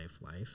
life